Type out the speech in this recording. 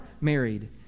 married